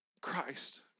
Christ